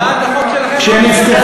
הצעת החוק שלכם,